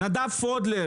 נדב פודולר,